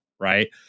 right